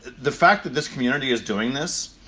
the fact that this community is doing this,